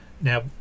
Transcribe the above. now